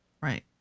right